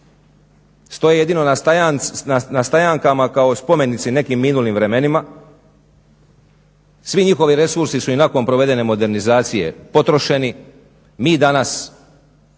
stoje jedino na stajankama kao spomenici nekim minulim vremenima. Svi njihovi resursi su i nakon provedene modernizacije potrošeni. Mi danas